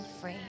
free